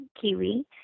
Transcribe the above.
kiwi